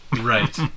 Right